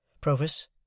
Provis